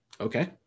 Okay